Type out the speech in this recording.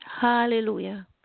Hallelujah